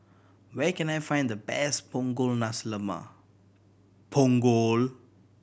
where can I find the best Punggol Nasi Lemak